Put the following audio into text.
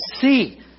see